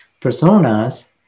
personas